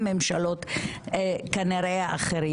כן, ככה זה עובד.